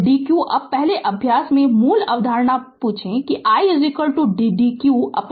तो dq अब पहले अध्याय से मूल अवधारणा पूछें कि i dqdt